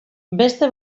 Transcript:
beste